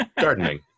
gardening